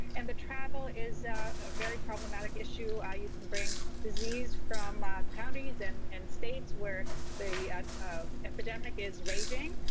and the travel is a very problematic issue. ah you can bring disease from ah counties and and states where the epidemic is raging,